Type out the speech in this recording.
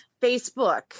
Facebook